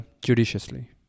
judiciously